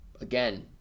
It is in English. Again